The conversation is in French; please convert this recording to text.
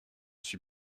suis